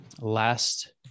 last